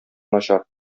начар